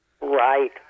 Right